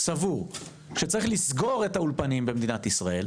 סבור שצריך לסגור את האולפנים במדינת ישראל,